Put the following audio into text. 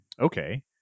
Okay